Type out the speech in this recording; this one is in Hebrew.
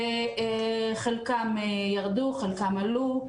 חלקם ירדו, חלקם עלו.